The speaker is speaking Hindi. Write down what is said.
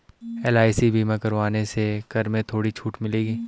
एल.आई.सी बीमा करवाने से कर में थोड़ी छूट मिलेगी